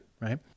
right